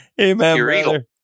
amen